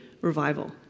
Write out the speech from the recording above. revival